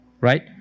right